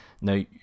Now